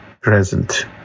present